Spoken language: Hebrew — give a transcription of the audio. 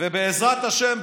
ובעזרת השם,